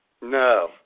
No